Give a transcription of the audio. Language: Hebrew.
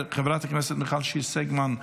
חברת הכנסת מיכל שיר סגמן,